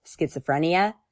schizophrenia